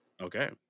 Okay